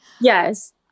Yes